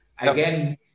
Again